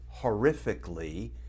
horrifically